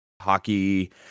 hockey